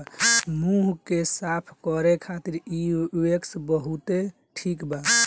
मुंह के बरे साफ करे खातिर इ वैक्स बहुते ठिक बा